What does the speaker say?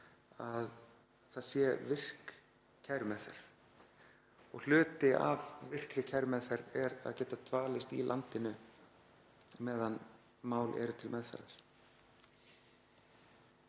að það sé virk kærumeðferð og hluti af virkri kærumeðferð er að geta dvalist í landinu meðan mál eru til meðferðar.